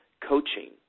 coaching